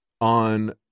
on